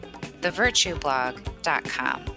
thevirtueblog.com